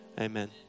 amen